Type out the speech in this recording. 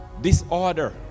disorder